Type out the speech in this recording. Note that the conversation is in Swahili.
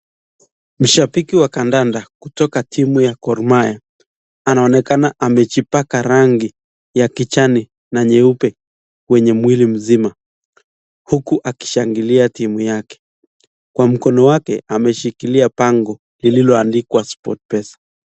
Mshabiki wa kandanda kutoka timu ya Gor Mahia anaonekana amejipaka rangi ya kijani na nyeupe kwenye mwili mzima huku akishangilia timu yake kwa mkono wake ameshikilia bango lililoandikwa Sport Pesa .